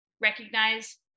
recognize